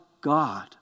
God